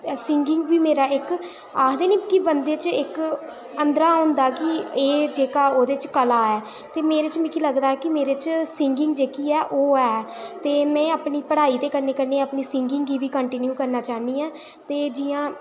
singing बी मेरा इक आखदे न कि बंदे च इक अंदरा होंदा कि एह् जेह्की ओह्दे च कला ऐ ते मेरे च मिगी लगदा ऐ कि मेरे च सिंगिंग जेह्की ऐ ओह् ऐ ते में अपनी पढ़ाई दे कन्नै कन्नै अपनी सिंगिंग गी बी कंटिन्यू करना चाह्न्नी आं ते जि'यां